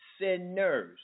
sinners